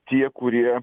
tie kurie